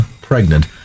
pregnant